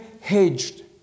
hedged